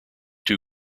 two